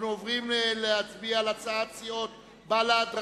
אנחנו עוברים להצביע על הצעת סיעות בל"ד,